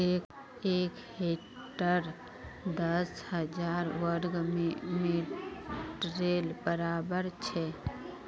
एक हेक्टर दस हजार वर्ग मिटरेर बड़ाबर छे